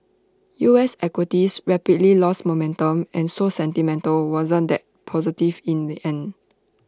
U S equities rapidly lost momentum and so sentimental wasn't that positive in the end